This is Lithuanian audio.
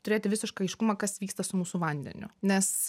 turėti visišką aiškumą kas vyksta su mūsų vandeniu nes